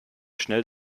schnell